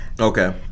Okay